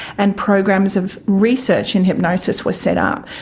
and programs of research in hypnosis were set up.